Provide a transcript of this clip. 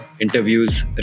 interviews